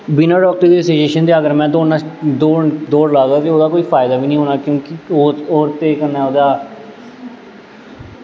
बिना डाक्टर दी सुज़शन दे अगर में दौड़ना दौड़ दौड़ लागा ते ओह्दा कोई फायदा बी नेईं होना क्योंकि ओह् ओह् ते हून ओह्दा